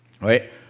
right